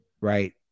right